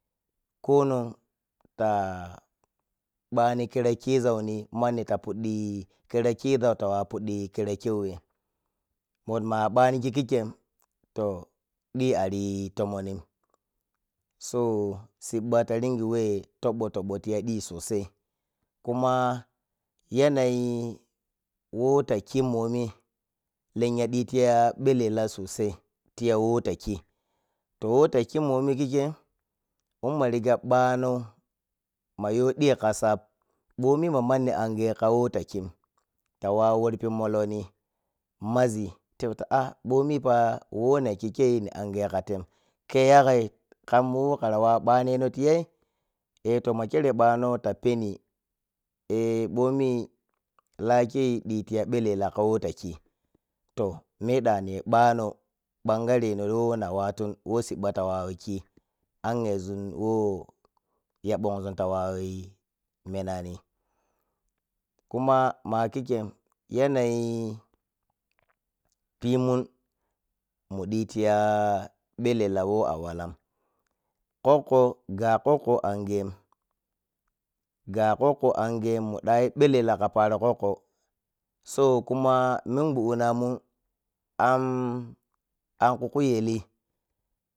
Ko non ta ɓani kira kizauni mani ta puɗɗi khira khizau ta wopuɗɗi khira chiwei moma bangi kikken to ɗhi ariyi tomon ni so siɓɓa ta ringi whe toɓɓo-toɓɓo tiya ɗhi sosai kuma yanayi whontakhi momi lenya ɗhi tiya belela sosai tiya who takhi toh who takhin ɗhi ka sap ɓhomi ma mani ange kawo takhin ta wawar pimolloni mazi tepta ah, ɓommi ga whenakhi kei ni angoi ka ter khei yagai? Kam whe kam wawn ɓanneno ti yay? Eh toh ma khen ɓano da peni eh ɓomi lakei dhi tiya belela ka wo da chi toh meɗani bano bangareno whona wattun who sibba ta wawa khi angezum who banzun dawawu mwnani kuma ma kikkkem yanayi pinum mudi tiya belela who a walan koko, ga kokko angein ga kokko angein muɗayi belela kapari kako so kuma minguddinamun amm amkhu khuyeli.